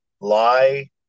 lie